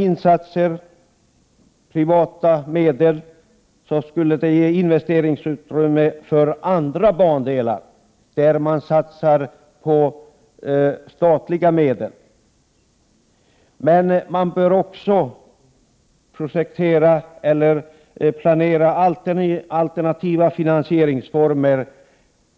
Insatser med privata medel skulle ge investeringsutrymme för bandelar där statliga medel satsas. Alternativa finansieringsformer